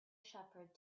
shepherd